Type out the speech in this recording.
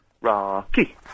Rocky